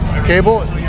cable